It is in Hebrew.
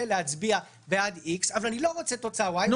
להצביע בעד X אבל אני לא רוצה תוצאה Y,